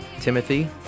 Timothy